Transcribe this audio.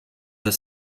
the